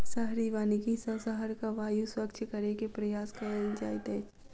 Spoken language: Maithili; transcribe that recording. शहरी वानिकी सॅ शहरक वायु स्वच्छ करै के प्रयास कएल जाइत अछि